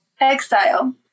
Exile